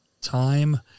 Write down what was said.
time